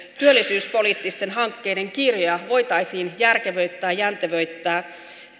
työllisyyspoliittisten hankkeiden kirjoa voitaisiin järkevöittää jäntevöittää